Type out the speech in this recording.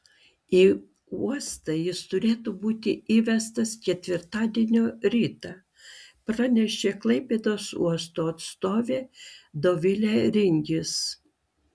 į uostą jis turėtų būti įvestas ketvirtadienio rytą pranešė klaipėdos uosto atstovė dovilė ringis